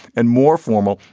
and more formal.